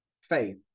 Faith